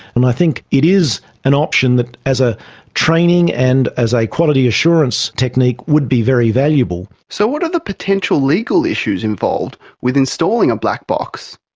and i think it is an option that as a training and as a quality assurance technique would be very valuable. so what are the potential legal issues involved with installing a black box?